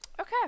Okay